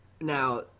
Now